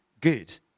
good